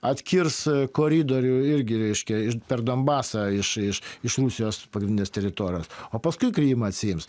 atkirs koridorių irgi reiškia ir per donbasą iš iš iš rusijos pagrindinės teritorijos o paskui krymą atsiims